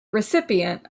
recipient